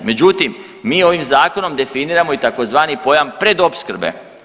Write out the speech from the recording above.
Međutim, mi ovim Zakonom definiramo i tzv. pojam predopskrbe.